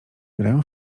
grają